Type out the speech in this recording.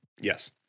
Yes